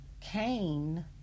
Cain